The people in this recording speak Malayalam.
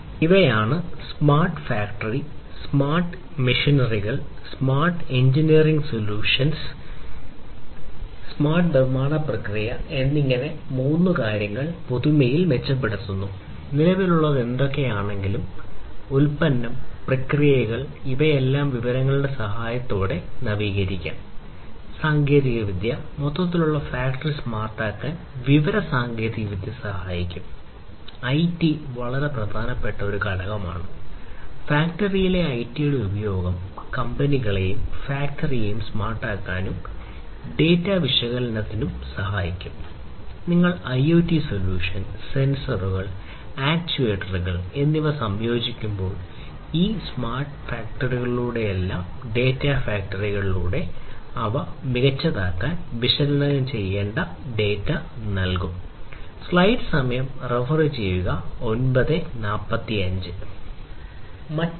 ഇവയാണ് സ്മാർട്ട് ഫാക്ടറി സ്മാർട്ട് മെഷീനുകൾ സ്മാർട്ട് എഞ്ചിനീയറിംഗ് സ്മാർട്ട് ഡിവൈസുകൾ സ്മാർട്ട് നിർമ്മാണ പ്രക്രിയ അവ മികച്ചതാക്കാൻ വിശകലനം ചെയ്യേണ്ട ധാരാളം ഡാറ്റ അവർ നൽകും